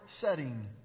setting